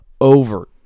over